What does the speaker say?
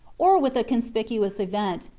or with a conspicuous event,